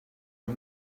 are